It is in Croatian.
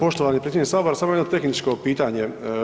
Poštovani predsjedniče sabora, samo jedno tehničko pitanje.